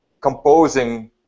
composing